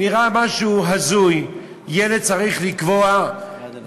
נאמר אפילו תחושה של פגיעה באוכלוסייה